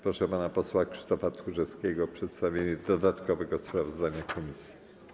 Proszę pana posła Krzysztofa Tchórzewskiego o przedstawienie dodatkowego sprawozdania komisji.